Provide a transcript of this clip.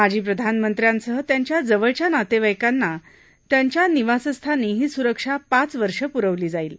माजी प्रधानमंत्र्यांसह त्यांच्या जवळच्या नातर्माईकांना त्यांच्या निवासस्थानी ही सुरक्षा पाच वर्षं पुरवली जाईल